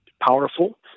powerful